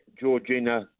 Georgina